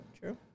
true